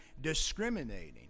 discriminating